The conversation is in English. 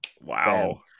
Wow